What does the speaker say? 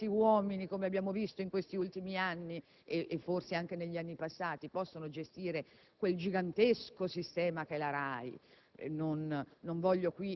secondo me, meglio di tanti uomini (come abbiamo visto negli ultimi anni e forse anche in quelli passati) possono gestire quel gigantesco sistema che è la RAI.